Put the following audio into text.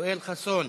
יואל חסון,